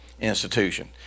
institution